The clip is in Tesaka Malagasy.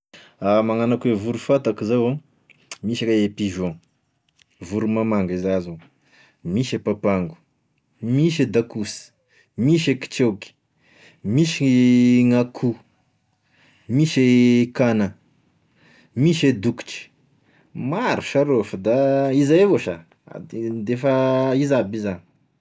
Ah magnano akoa hoe voro fantako zao an: misy gne pigeon, voromamanga iza zao, misy e papango, misy e dakosy, misy e kisaoky, misy e gn'akoho, misy e kana, misy e dokotry, maro sha rô f'da izay avao sha, a ten- defa izy aby izà.